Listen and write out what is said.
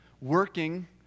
Working